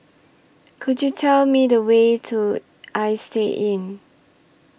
Could YOU Tell Me The Way to Istay Inn